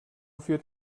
führt